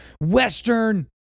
Western